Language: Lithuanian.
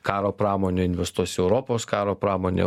karo pramonę investuos į europos karo pramonę